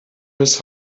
his